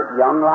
young